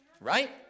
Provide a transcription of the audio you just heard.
right